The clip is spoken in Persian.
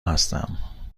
هستم